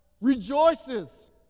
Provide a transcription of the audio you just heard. rejoices